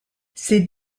ses